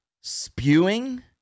spewing